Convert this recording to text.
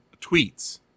tweets